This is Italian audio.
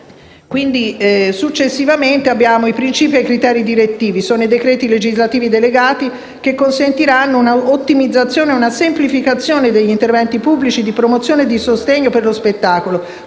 e, successivamente, ci sono i principi e criteri direttivi. Sono i decreti legislativi delegati, che consentiranno un'ottimizzazione ed una semplificazione degli interventi pubblici di promozione e di sostegno per lo spettacolo,